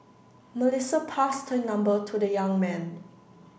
Melissa passed her number to the young man